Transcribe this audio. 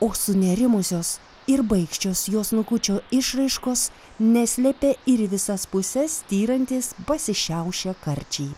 o sunerimusios ir baikščios jo snukučio išraiškos neslėpė ir į visas puses styrantys pasišiaušę karčiai